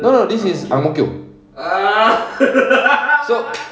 no no this is ang mo kio so